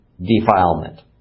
defilement